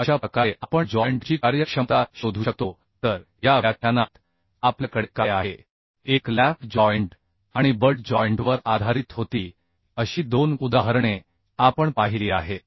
तर अशा प्रकारे आपण जॉइंट ची कार्यक्षमता शोधू शकतो तर या व्याख्यानात आपल्याकडे काय आहे एक लॅप जॉइंट आणि बट जॉइंटवर आधारित होती अशी दोन उदाहरणे आपण पाहिली आहेत